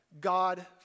God